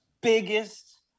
biggest